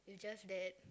it's just that